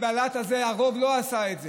והלהט הזה, הרוב לא עשה את זה.